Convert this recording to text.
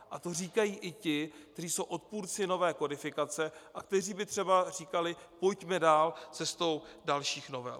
A to říkají i ti, kteří jsou odpůrci nové kodifikace a kteří by třeba říkali: pojďme dál, cestou dalších novel.